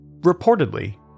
reportedly